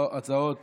הצעות